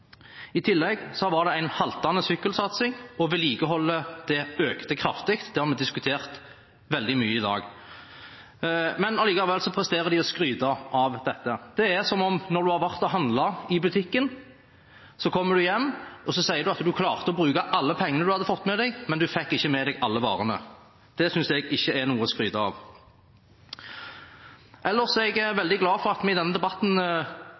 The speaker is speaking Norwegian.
I tillegg var det en haltende sykkelsatsing, og vedlikeholdet økte kraftig. Det har vi diskutert veldig mye i dag. Likevel presterer de å skryte av dette. Det er som når man har vært og handlet i butikken, så kommer hjem, og så sier at man klarte å bruke alle pengene man hadde fått med seg, men man fikk ikke med seg alle varene. Det synes jeg ikke er noe å skryte av. Ellers er jeg veldig glad for at vi i denne debatten